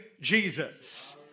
Jesus